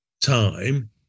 time